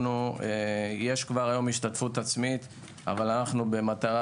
יש כבר היום השתתפות עצמית אך אנו במטרה